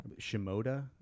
Shimoda